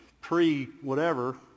pre-whatever